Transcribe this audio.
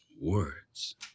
words